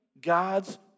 God's